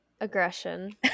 aggression